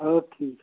और ठीक